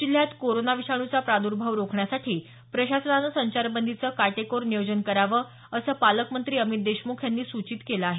जिल्ह्यात कोरोना विषाणूचा प्रादुर्भाव रोखण्यासाठी प्रशासनानं संचारबंदीचं काटेकोर नियोजन करावं असं पालकमंत्री अमित देशमुख यांनी सूचित केलं आहे